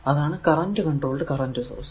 അതാണ് current controlled current source